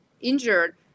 injured